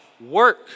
Work